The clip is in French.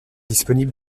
disponible